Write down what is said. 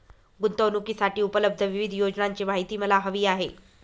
गुंतवणूकीसाठी उपलब्ध विविध योजनांची माहिती मला हवी आहे